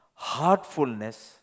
heartfulness